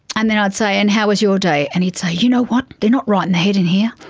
and then i'd say, and how was your day? and he'd say, you know what, they're not right in the head in here.